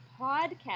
podcast